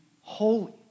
holy